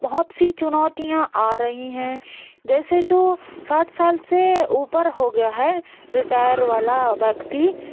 बहुत सी चुनौतियाँ आ रही हैं जैसे जो साठ साल से ऊपर हो गया है रिटायर वाला व्यक्ति